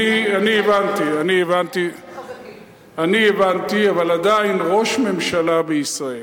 אני הבנתי, אבל עדיין, ראש ממשלה בישראל